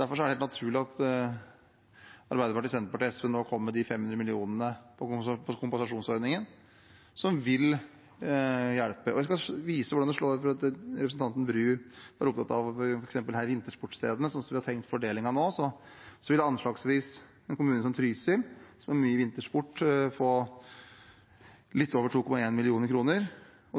Derfor er det helt naturlig at Arbeiderpartiet, Senterpartiet og SV nå kommer med de 500 mill. kr til kompensasjonsordningen, som vil hjelpe. Jeg skal vise hvordan dette vil slå ut, for representanten Tina Bru var opptatt av f.eks. vintersportsstedene. Slik vi har tenkt at fordelingen skal være nå, vil en kommune som Trysil, som har mye vintersport, få anslagsvis litt over 2,1 mill. kr.